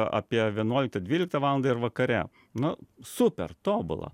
apie vienuoliktą dvyliktą valandą ir vakare nu super tobula